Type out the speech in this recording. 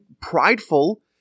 prideful